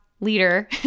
leader